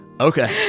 Okay